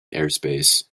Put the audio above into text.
airspace